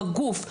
בגוף,